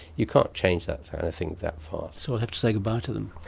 you can't change that kind of thing that fast. so we'll have to say goodbye to them.